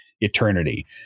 Eternity